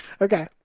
Okay